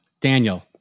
Daniel